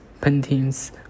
paintings